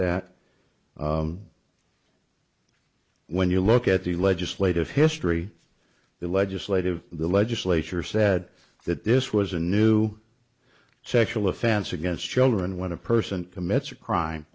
that when you look at the legislative history of the legislative the legislature said that this was a new sexual offense against children when a person commits a crime